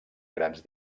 grans